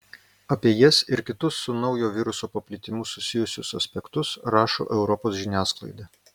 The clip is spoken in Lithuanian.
apie jas ir kitus su naujo viruso paplitimu susijusius aspektus rašo europos žiniasklaida